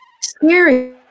scary